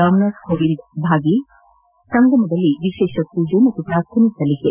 ರಾಮನಾಥ್ ಕೋವಿಂದ್ ಭಾಗಿ ಸಂಗಮದಲ್ಲಿ ವಿಶೇಷ ಪೂಜೆ ಪ್ರಾರ್ಥನೆ ಸಲ್ಲಿಕೆ